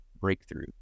Breakthrough